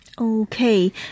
Okay